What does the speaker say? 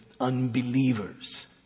unbelievers